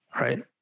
right